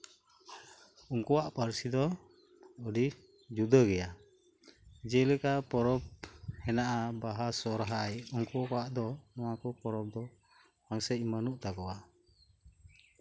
ᱩᱱᱠᱩᱣᱟᱜ ᱯᱟᱹᱨᱥᱤ ᱫᱤ ᱟᱹᱰᱤ ᱡᱩᱫᱟᱹ ᱜᱮᱭᱟ ᱡᱮᱞᱮᱠᱟ ᱯᱚᱨᱚᱵᱽ ᱢᱮᱱᱟᱜᱼᱟ ᱵᱟᱦᱟ ᱥᱚᱨᱦᱟᱭ ᱚᱱᱠᱩ ᱠᱚᱣᱟᱜ ᱱᱚᱣᱟ ᱠᱚ ᱯᱚᱨᱚᱵᱽ ᱫᱚ ᱯᱟᱥᱮᱡ ᱵᱟᱹᱱᱩᱜ ᱛᱟᱠᱚᱣᱟ